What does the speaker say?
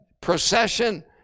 procession